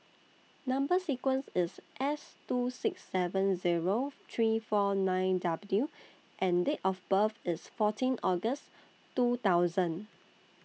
Number sequence IS S two six seven Zero three four nine W and Date of birth IS fourteen August two thousand